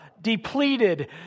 depleted